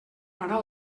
farà